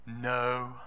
no